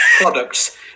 products